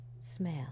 smell